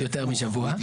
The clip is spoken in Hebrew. הזה.